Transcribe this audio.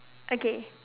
okay